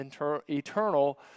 eternal